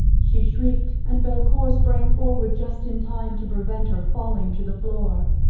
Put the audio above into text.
she shrieked, and belcour sprang forward just in time to prevent her falling to the floor.